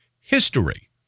history